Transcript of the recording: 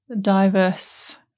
diverse